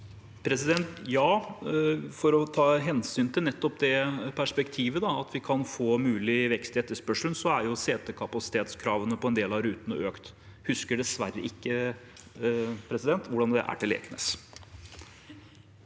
Ja, for å ta hensyn til nettopp det perspektivet, det at vi kan få mulig vekst i etterspørselen, er setekapasitetskravene på en del av rutene økt. Jeg husker dessverre ikke hvordan det er angående